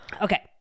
Okay